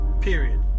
period